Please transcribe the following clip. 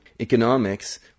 Economics